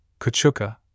Kachuka